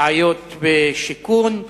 בעיות בשיכון,